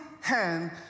hand